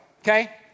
okay